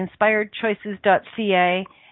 inspiredchoices.ca